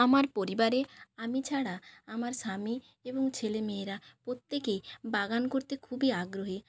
আমার পরিবারে আমি ছাড়া আমার স্বামী এবং ছেলেমেয়েরা প্রত্যেকেই বাগান করতে খুবই আগ্রহী